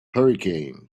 hurricanes